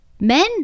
men